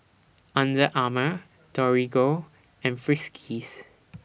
Under Armour Torigo and Friskies